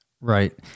Right